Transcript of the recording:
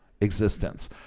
existence